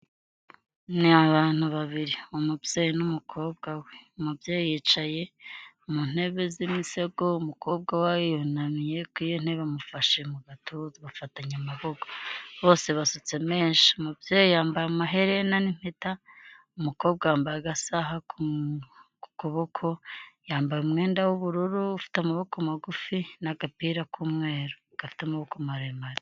Ni abantu babiri, umubyeyi n'umukobwa we. Umubyeyi yicaye mu ntebe z'imisego umukobwa we yunamye ku iyo ntebe amufashe mugatuza bafatanye amaboko. Bose basutse menshi, umubyeyi yambaye amaherena n'impeta, umukobwa yambaye agasaha ku kuboko, yambaye umwenda w'ubururu ufite amaboko magufi n'agapira k'umweru gafite amaboko maremare.